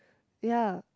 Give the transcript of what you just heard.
ya